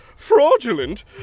Fraudulent